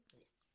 yes